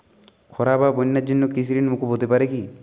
খরা বা বন্যার জন্য কৃষিঋণ মূকুপ হতে পারে কি?